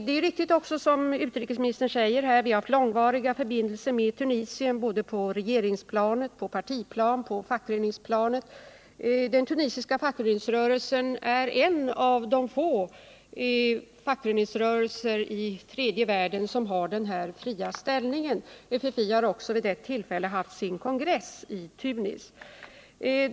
Det är riktigt som utrikesministern säger; vi har haft långvariga förbindelser med Tunisien på såväl regeringsplanet och partiplanet som fackföreningsplanet. Den tunisiska fackföreningsrörelsen är en av de få fackföreningsrörelser i tredje världen som har den här fria ställningen. FFI har också vid ett tillfälle haft sin kongress i Tunis.